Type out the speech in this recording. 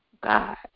God